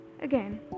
Again